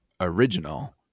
original